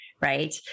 Right